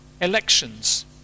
Elections